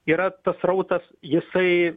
yra tas srautas jisai